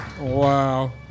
Wow